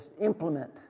implement